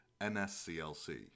NSCLC